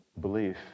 belief